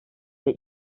ile